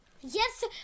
Yes